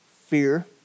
Fear